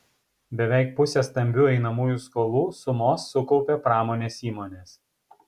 beveik pusę stambių einamųjų skolų sumos sukaupė pramonės įmonės